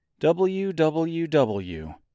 www